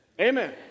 Amen